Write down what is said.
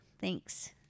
Thanks